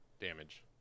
damage